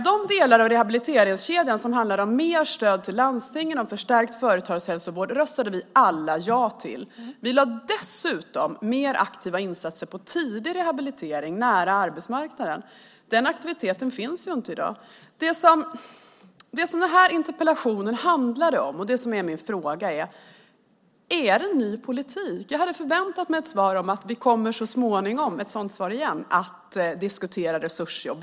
De delar av rehabiliteringskedjan som handlar om mer stöd till landstingen och om förstärkt företagshälsovård röstade vi alla ja till. Vi lade dessutom mer aktiva insatser på tidig rehabilitering nära arbetsmarknaden. Den aktiviteten finns inte i dag. Det som den här interpellationen handlade om och det som är min fråga är: Är det en ny politik? Jag hade förväntat mig ett sådant här svar igen: Vi kommer så småningom att diskutera resursjobb.